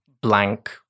blank